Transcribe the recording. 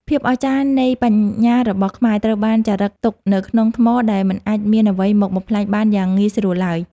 ភាពអស្ចារ្យនៃបញ្ញារបស់ខ្មែរត្រូវបានចារឹកទុកនៅក្នុងថ្មដែលមិនអាចមានអ្វីមកបំផ្លាញបានយ៉ាងងាយស្រួលឡើយ។